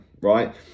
right